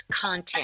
content